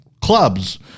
clubs